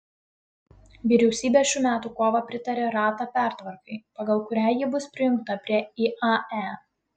vyriausybė šių metų kovą pritarė rata pertvarkai pagal kurią ji bus prijungta prie iae